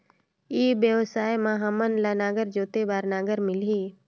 ई व्यवसाय मां हामन ला नागर जोते बार नागर मिलही?